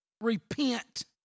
Repent